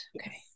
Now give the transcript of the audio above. okay